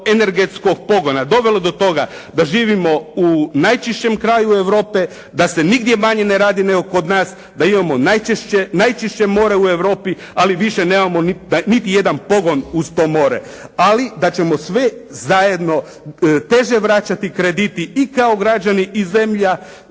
energetskog pogona dovelo do toga da živimo u najčišćem kraju Europe, da se nigdje manje ne radi kod nas, da imamo najčišće more u Europi ali više nemamo niti jedan pogon uz to more, ali da ćemo sve zajedno teže vraćati kredite i kao građani i kao zemlja,